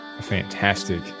fantastic